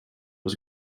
was